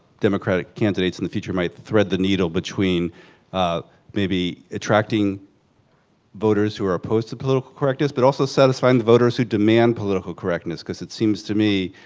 democratic candidates in the future might thread the needle between maybe attracting voters who are opposed to political correctness, but also satisfying the voters who demand political correctness, cause it seems to me,